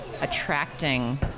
attracting